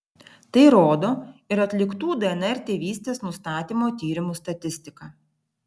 tai rodo ir atliktų dnr tėvystės nustatymo tyrimų statistika